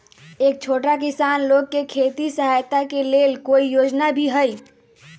का छोटा किसान लोग के खेती सहायता के लेंल कोई योजना भी हई?